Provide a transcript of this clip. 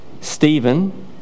Stephen